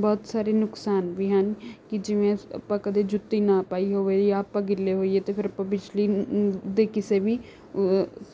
ਬਹੁਤ ਸਾਰੇ ਨੁਕਸਾਨ ਵੀ ਹਨ ਕਿ ਜਿਵੇਂ ਆਪਾਂ ਕਦੇ ਜੁੱਤੀ ਨਾ ਪਾਈ ਹੋਵੇ ਜਾਂ ਆਪਾਂ ਗਿੱਲੇ ਹੋਈਏ ਅਤੇ ਫਿਰ ਆਪਾਂ ਬਿਜਲੀ ਨੂੰ ਦੇ ਕਿਸੇ ਵੀ